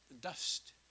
dust